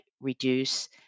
reduce